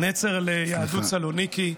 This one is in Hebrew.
נצר ליהדות סלוניקי,